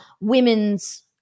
women's